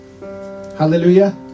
Hallelujah